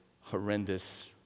horrendous